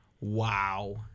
Wow